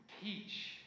teach